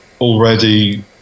already